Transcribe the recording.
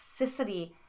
toxicity